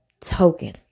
token